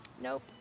nope